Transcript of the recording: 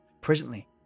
Presently